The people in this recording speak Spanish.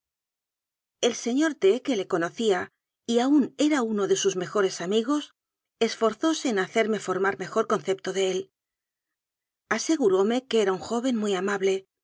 ñor t que le conocía y aun era uno de sus mejores amigos esforzóse en haceime formar me jor conceipto de él aseguróme que era un joven muy amable